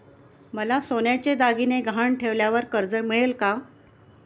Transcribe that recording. मला सोन्याचे दागिने गहाण ठेवल्यावर कर्ज मिळेल का?